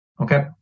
okay